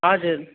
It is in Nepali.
हजुर